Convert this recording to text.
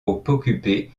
occupé